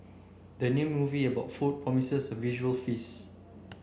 the new movie about food promises a visual feast